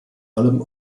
allem